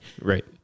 right